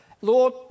Lord